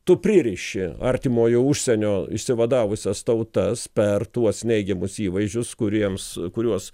tu pririši artimojo užsienio išsivadavusias tautas per tuos neigiamus įvaizdžius kuriems kuriuos